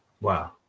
Wow